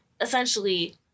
essentially